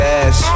ass